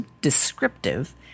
descriptive